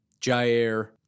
Jair